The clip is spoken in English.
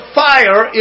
fire